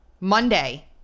Monday